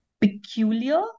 peculiar